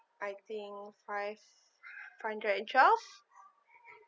I think five five hundred and twelve